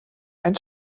ein